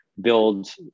build